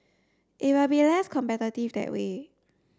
it will be less competitive that way